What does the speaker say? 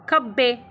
ਖੱਬੇ